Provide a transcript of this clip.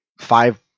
five